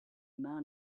man